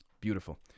Beautiful